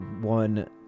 one